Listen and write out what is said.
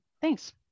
thanks